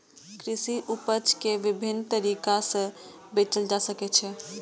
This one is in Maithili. कृषि उपज कें विभिन्न तरीका सं बेचल जा सकै छै